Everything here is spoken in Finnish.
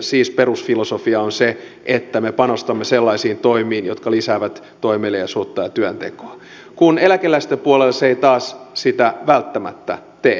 siis perusfilosofia on se että me panostamme sellaisiin toimiin jotka lisäävät toimeliaisuutta ja työntekoa kun eläkeläisten puolella se taas ei sitä välttämättä tee